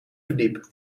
verdiep